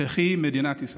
תחי מדינת ישראל.